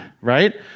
right